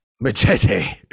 machete